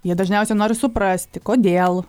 jie dažniausiai nori suprasti kodėl